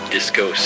Disco